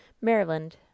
Maryland